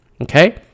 Okay